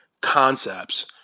concepts